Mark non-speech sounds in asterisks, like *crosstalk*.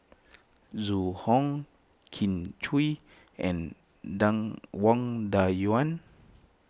Zhu Hong Kin Chui and *unintelligible* Wang Dayuan